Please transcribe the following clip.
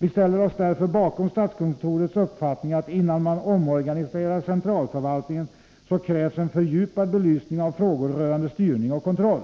Vi ställer oss därför bakom statskontorets uppfattning, att innan man omorganiserar centralförvaltningen, krävs en fördjupad belysning av frågor rörande styrning och kontroll.